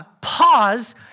pause